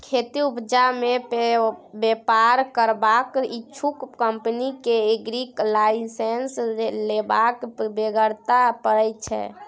खेतीक उपजा मे बेपार करबाक इच्छुक कंपनी केँ एग्री लाइसेंस लेबाक बेगरता परय छै